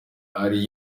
ari